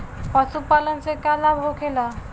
पशुपालन से का लाभ होखेला?